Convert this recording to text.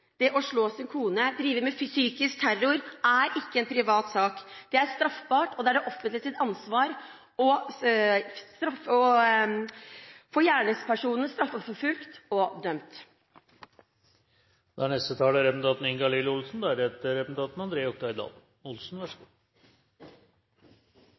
Det å slå sin kone og drive med psykisk terror er ikke en privat sak. Det er straffbart, og det er det offentliges ansvar å få gjerningspersonene straffeforfulgt og dømt. Bare begrepet «vold i nære relasjoner» gjør vondt å tenke på. Dette er